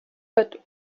but